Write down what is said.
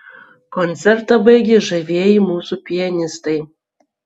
koncertą baigė žavieji mūsų pianistai